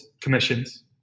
commissions